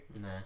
Nah